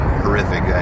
horrific